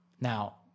Now